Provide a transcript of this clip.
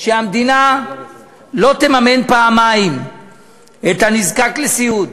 שהמדינה לא תממן פעמיים את הנזקק לסיעוד,